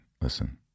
listen